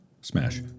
Smash